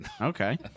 Okay